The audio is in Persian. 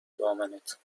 دامنت